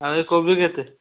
ଆଉ ଏ କୋବି କେତେ